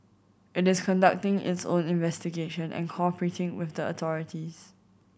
it is conducting its own investigation and cooperating with the authorities